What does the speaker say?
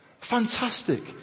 fantastic